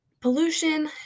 pollution